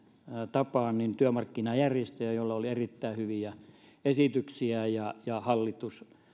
tapaan työmarkkinajärjestöjä joilla oli erittäin hyviä esityksiä ja ja hallitus